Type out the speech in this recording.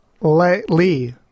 Lee